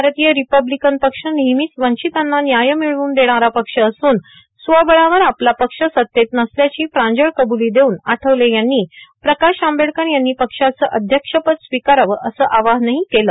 भारतीय रिपब्लिकन पक्ष नेहमीच वंचितांना न्याय मिळवून देणारा पक्ष असून स्वबळावर आपला पक्ष सत्तेत नसल्याची प्रांजळ कब्ली देऊन आठवले यांनी प्रकाश आंबेडकर यांनी पक्षाचं अध्यक्षपद स्वीकारावं असं आवाहनही यावेळी केलं